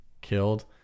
killed